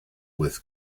with